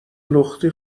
لختی